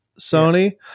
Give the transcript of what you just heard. sony